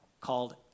called